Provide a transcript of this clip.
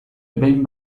behin